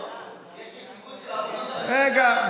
יש נציגות של הרבנות הראשית שם, תבדוק, רגע.